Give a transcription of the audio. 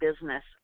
business